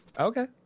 Okay